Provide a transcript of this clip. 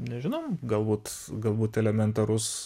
nežinau galbūt galbūt elementarus